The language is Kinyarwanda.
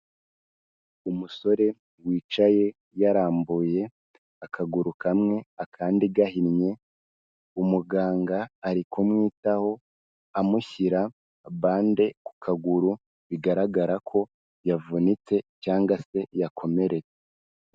Umusore wicaye yarambuye akaguru kamwe akandi gahinnye, umuganga ari kumwitaho amushyira bande ku kaguru, bigaragara ko yavunitse cyangwa se yakomeretse.